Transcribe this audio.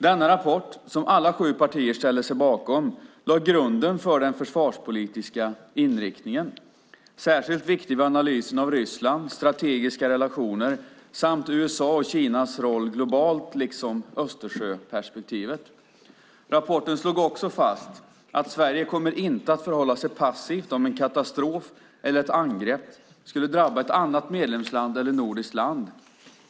Denna rapport, som alla sju partier ställde sig bakom, lade grunden för den försvarspolitiska inriktningen. Särskilt viktig var analysen av Ryssland, strategiska relationer, USA och Kinas roll globalt samt Östersjöperspektivet. Rapporten slog också fast att "Sverige inte kommer att förhålla sig passivt om en katastrof eller ett angrepp skulle drabba ett annat medlemsland eller nordiskt land.